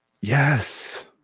Yes